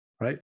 right